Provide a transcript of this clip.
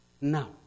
Now